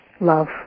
love